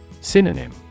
Synonym